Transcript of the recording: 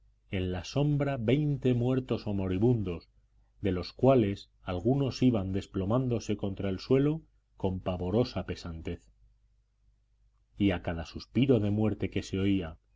en la sombra veinte muertos o moribundos de los cuales algunos iban desplomándose contra el suelo con pavorosa pesantez y a cada suspiro de muerte que se oía